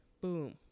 boom